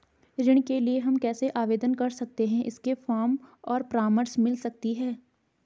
ऋण के लिए हम कैसे आवेदन कर सकते हैं इसके फॉर्म और परामर्श मिल सकती है?